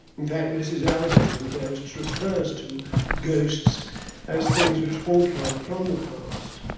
in fact, mrs. alving, in ghosts, refers to ghosts as things which haunt one from the past,